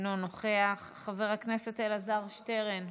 אינו נוכח, חבר הכנסת אלעזר שטרן,